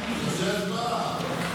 תעבור להצבעה.